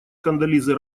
кондолизы